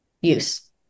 use